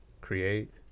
create